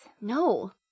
no